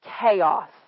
chaos